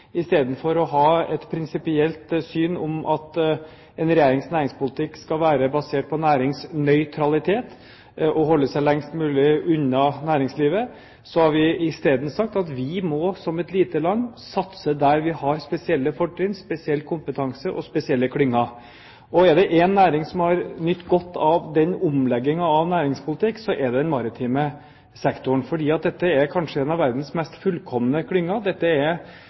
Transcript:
Istedenfor å ha et prinsipielt syn om at en regjerings næringspolitikk skal være basert på næringsnøytralitet og holde seg lengst mulig unna næringslivet, så har vi isteden sagt at vi som et lite land må satse der vi har spesielle fortrinn, spesiell kompetanse og spesielle klynger. Er det én næring som har nytt godt av den omleggingen av næringspolitikken, så er det den maritime sektoren, fordi dette er en av de mest fullkomne klyngene, dette